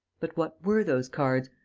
but what were those cards?